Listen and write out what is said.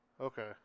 Okay